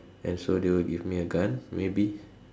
and so they will give me a gun maybe